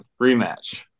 rematch